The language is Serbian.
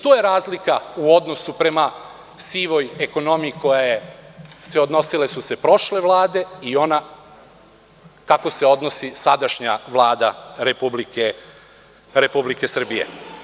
To je razlika prema sivoj ekonomiji kako su se odnosile prošle Vlade i kako se odnosi sadašnja Vlada Republike Srbije.